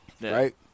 Right